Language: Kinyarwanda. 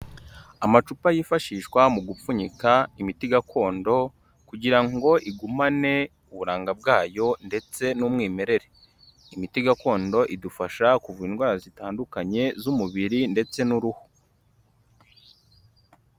Amacupa yifashishwa mu gupfunyika imiti gakondo, kugira ngo igumane uburanga bwayo ndetse n'umwimerere, imiti gakondo idufasha kuvura indwara zitandukanye z'umubiri ndetse n'uruhu.